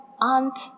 aunt